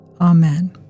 Amen